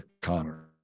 Connor